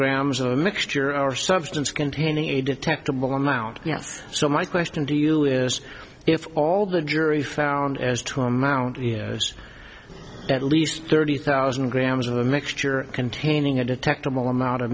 grams of a mixture or substance containing a detectable amount yes so my question to you if all the jury found as to amount you knows at least thirty thousand grams of a mixture containing a detectable amount of